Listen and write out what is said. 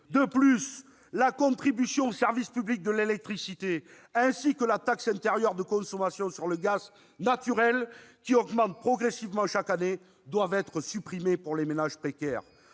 De plus, la contribution au service public de l'électricité, ainsi que la taxe intérieure de consommation sur le gaz naturel, qui augmente progressivement chaque année, doivent être supprimées pour les ménages précaires.